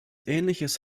ähnliches